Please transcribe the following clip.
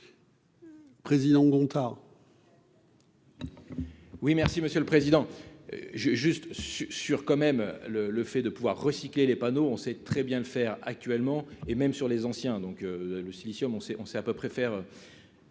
Président Gontard. Oui, merci Monsieur le Président, je juste sur quand même le, le fait de pouvoir recycler les panneaux, on sait très bien le faire actuellement, et même sur les anciens, donc le Silicium on sait, on sait à peu près faire